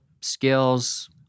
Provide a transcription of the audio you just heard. skills